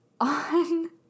on